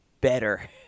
better